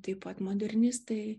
taip pat modernistai